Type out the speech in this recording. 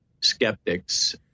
skeptics